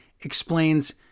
explains